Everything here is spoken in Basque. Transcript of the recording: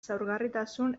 zaurgarritasun